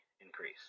increase